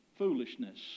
Foolishness